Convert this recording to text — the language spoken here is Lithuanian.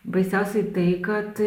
baisiausiai tai kad